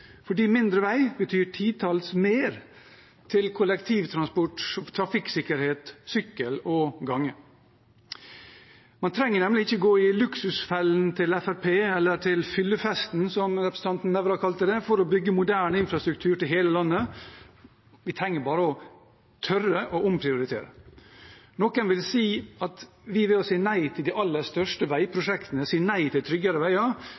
mindre vei betyr mer til kollektivtransport, trafikksikkerhet, sykkel og gange. Man trenger nemlig ikke å gå i luksusfellen til Fremskrittspartiet eller til fyllefesten, som representanten Nævra kalte det, for å bygge moderne infrastruktur i hele landet. Vi trenger bare å tørre å omprioritere. Noen vil si at vi ved å si nei til de aller største veiprosjektene sier nei til tryggere veier,